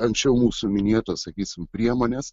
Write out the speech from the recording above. anksčiau mūsų minėtos sakysim priemonės